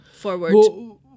forward